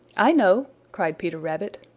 i know! cried peter rabbit.